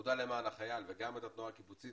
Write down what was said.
האגודה למען החייל וגם את התנועה הקיבוצית